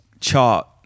chart